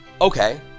okay